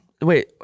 Wait